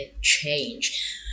change